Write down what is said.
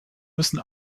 müssen